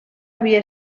havia